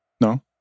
No